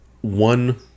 One